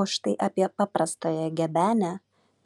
o štai apie paprastąją gebenę